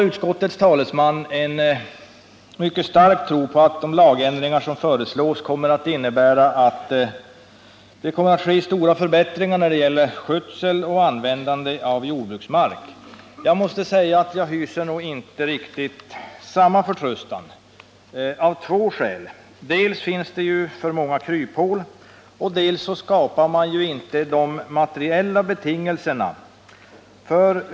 Utskottets talesman har en mycket stark tro på att de lagändringar som föreslås innebär att det kommer att ske stora förbättringar när det gäller skötseln och användningen av jordbruksmark. Av två skäl hyser jag nog inte samma förtröstan; dels finns det för många kryphål, dels skapar man inte de materiella betingelserna.